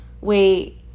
wait